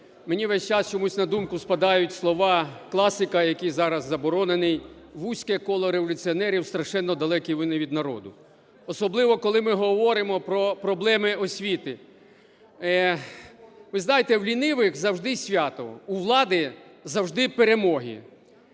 мені весь час чомусь на думку спадають слова класика, який зараз заборонений: "Вузьке коло революціонерів, страшенно далекі вони від народу", – особливо, коли ми говоримо про проблеми освіти. Ви знаєте, в лінивих – завжди свято, у влади – завжди перемоги.